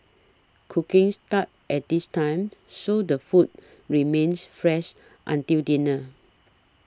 cooking starts at this time so the food remains fresh until dinner